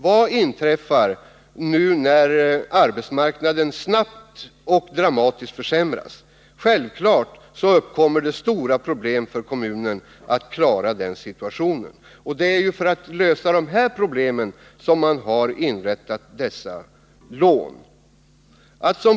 Vad inträffar nu när arbetsmarknaden snabbt och på ett dramatiskt sätt försämras? Självfallet blir det mycket svårt för kommunen att klara den situationen. Det är för att lösa dessa problem som man infört lånen.